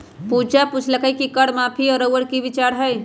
पूजा पुछलई कि कर माफी पर रउअर कि विचार हए